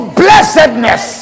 blessedness